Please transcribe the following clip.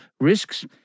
risks